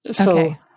okay